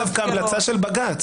זה דווקא המלצה של בג"ץ.